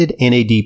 NAD